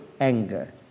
anger